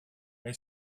they